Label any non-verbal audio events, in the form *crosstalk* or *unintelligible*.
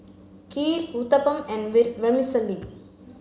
Kheer Uthapam and *unintelligible* Vermicelli